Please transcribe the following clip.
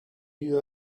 you